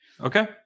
Okay